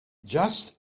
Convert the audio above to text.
just